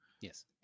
Yes